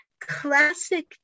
classic